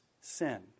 sin